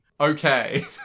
Okay